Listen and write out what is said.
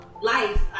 life